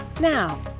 Now